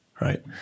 right